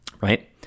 right